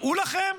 דעו לכם,